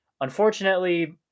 unfortunately